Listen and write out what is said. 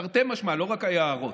תרתי משמע, לא רק היערות.